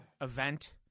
event